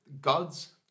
God's